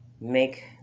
Make